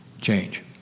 change